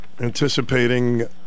anticipating